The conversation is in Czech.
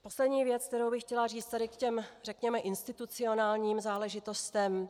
Poslední věc, kterou bych chtěla říct k řekněme institucionálním záležitostem.